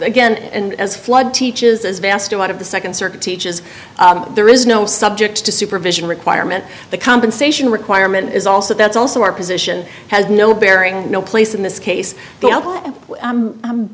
again and as flood teaches as vast a lot of the nd circuit teaches there is no subject to supervision requirement the compensation requirement is also that's also our position has no bearing no place in this case